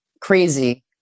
crazy